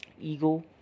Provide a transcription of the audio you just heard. ego